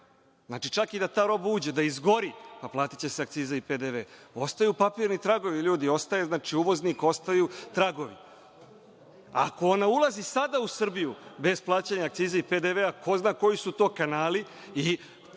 Znači, čak i da ta roba uđe, da izgori, naplatiće se akciza i PDV. LJudi, ostaju papirni tragovi, uvoznik, znači, ostaju tragovi. Ako ona ulazi sada u Srbiju bez plaćanja akciza i PDV-a, ko zna koji su to kanali i